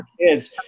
kids